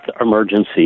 emergency